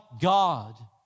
God